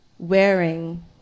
Wearing